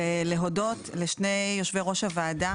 אנחנו גם מבקשים להודות לשני יושבי-ראש הוועדה